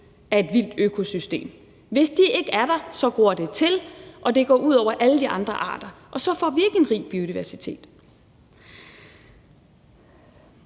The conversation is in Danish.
af et vildt økosystem. Hvis de ikke er der, gror det til, og det går ud over alle de andre arter, og så får vi ikke en rig biodiversitet.